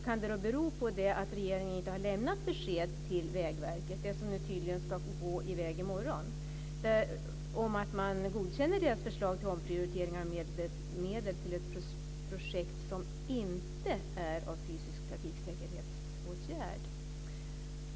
Kan det bero på att regeringen inte har lämnat besked till Vägverket - det som tydligen ska gå i väg nu på torsdag - om att man godkänner deras förslag till omprioriteringar av medel till ett projekt som inte är en fysisk trafiksäkerhetsåtgärd?